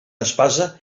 espasa